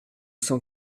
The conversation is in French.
cent